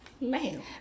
man